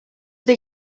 they